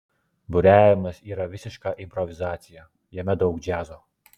buriavimas yra visiška improvizacija jame daug džiazo